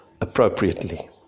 appropriately